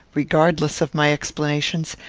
regardless of my explanations,